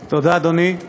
כהן-פארן, איננה,